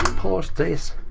pause this.